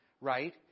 right